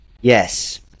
yes